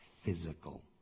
physical